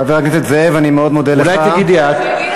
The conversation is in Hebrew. חבר הכנסת זאב, אני מאוד מודה לך, אולי תגידי את?